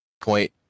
point